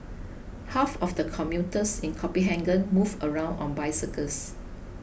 half of the commuters in Copenhagen move around on bicycles